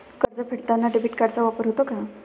कर्ज फेडताना डेबिट कार्डचा वापर होतो का?